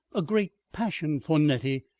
a great passion for nettie,